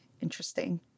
interesting